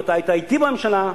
ואתה היית אתי בממשלה.